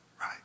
right